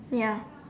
ya